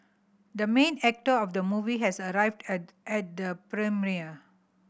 the main actor of the movie has arrived at at the premiere